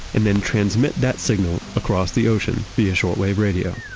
and then transmit that signal across the ocean, via short wave radio